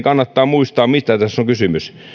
kannattaa muistaa mistä tässä on kysymys